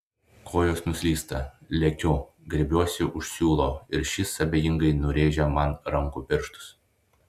kojos nuslysta lekiu griebiuosi už siūlo ir šis abejingai nurėžia man rankų pirštus